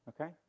okay